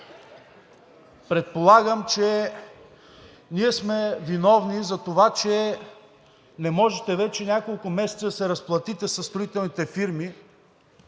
Предполагам, че ние сме виновни за това, че не можете вече няколко месеца да се разплатите със строителните фирми,